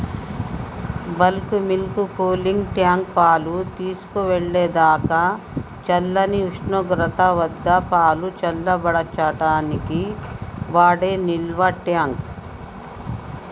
bulk milk cooling tank, పాలు తీసుకెళ్ళేదాకా చల్లని ఉష్ణోగ్రత వద్దపాలు చల్లబర్చడానికి వాడే నిల్వట్యాంక్